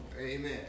Amen